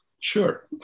Sure